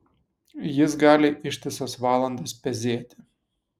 jis gali ištisas valandas pezėti